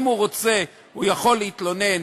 אם הוא רוצה הוא יכול להתלונן,